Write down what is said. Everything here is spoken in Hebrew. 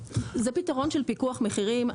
זה פתרון של פיקוח מחירים.